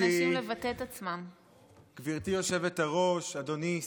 גברתי היושבת-ראש, אדוני השר,